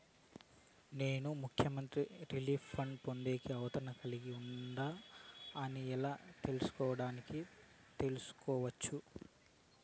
నేను ముఖ్యమంత్రి relief fund పొందేకి అర్హత కలిగి ఉండానా అని ఎలా తెలుసుకోవడానికి తెలుసుకోవచ్చు